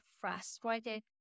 frustrated